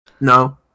No